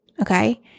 okay